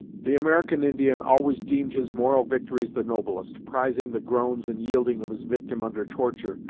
the american indian always deemed his moral victories the noblest, prizing the groans and yielding of his victim under torture,